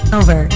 over